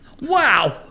Wow